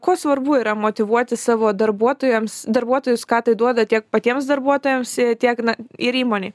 kuo svarbu yra motyvuoti savo darbuotojams darbuotojus ką tai duoda tiek patiems darbuotojams tiek na ir įmonei